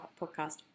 podcast